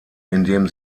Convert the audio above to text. indem